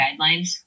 guidelines